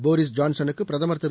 Boris ஜான்சனுக்கு பிரதமர் திரு